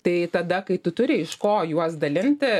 tai tada kai tu turi iš ko juos dalinti